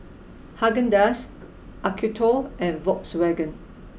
Haagen Dazs Acuto and Volkswagen